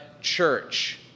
church